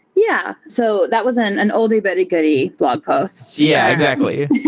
yeah. so that was an oldie but a goodie blog post. yeah, exactly.